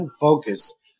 focus